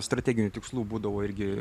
strateginių tikslų būdavo irgi